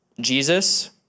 Jesus